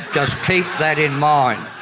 just keep that in mind.